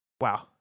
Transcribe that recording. Wow